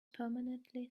permanently